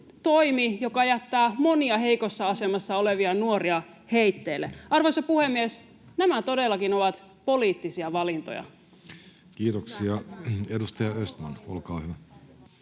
joka jättää monia heikossa asemassa olevia nuoria heitteille. Arvoisa puhemies! Nämä todellakin ovat poliittisia valintoja. Kiitoksia. — Edustaja Östman, olkaa hyvä.